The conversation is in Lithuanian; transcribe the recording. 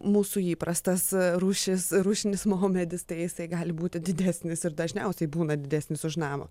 mūsų įprastas rūšis rūšinis maumedis tai gali būti didesnis ir dažniausiai būna didesnis už namo